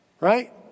Right